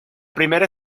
primera